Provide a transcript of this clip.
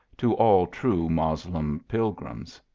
to all true moslem pilgrims.